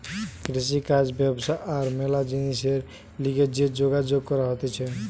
কৃষিকাজ ব্যবসা আর ম্যালা জিনিসের লিগে যে যোগাযোগ করা হতিছে